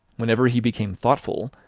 whenever he became thoughtful,